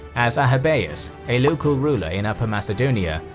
as ah arrhabaeus, a local ruler in upper macedonia,